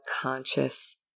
conscious